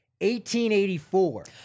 1884